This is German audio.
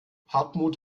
hartmut